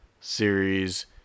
series